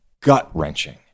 gut-wrenching